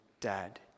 dad